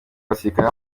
abasirikare